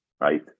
right